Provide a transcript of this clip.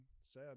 Sad